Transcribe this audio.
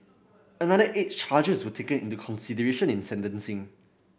another eight charges were taken into consideration in sentencing